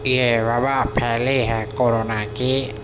یہ وبا پھیلی ہے کورونا کی